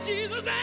Jesus